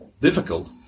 difficult